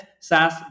SaaS